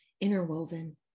interwoven